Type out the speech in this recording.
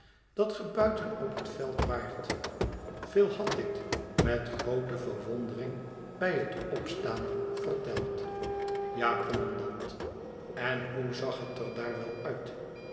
dat ge buiten op het veld waart phil had dit met groote verwondering bij het opstaan verteld ja kommandant en hoe zag het er daar wel uit